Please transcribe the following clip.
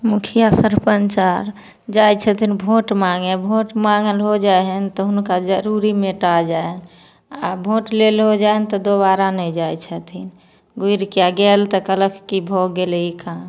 मुखिआ सरपञ्च आर जाइ छथिन भोट माँगै भोट माँगल हो जाइ हन तऽ हुनका जरूरी मेटा जाइ हन आओर भोट लेल हो जाइ हन तऽ दोबारा नहि जाइ छथिन घुरिके गेल तऽ कहलक कि भऽ गेलै ई काम